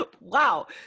wow